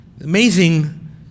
Amazing